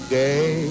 day